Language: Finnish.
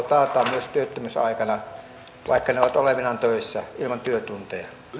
taataan myös työttömyysaikana vaikka he ovat olevinaan töissä ilman työtunteja